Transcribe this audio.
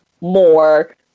more